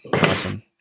Awesome